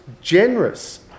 generous